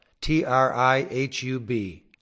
T-R-I-H-U-B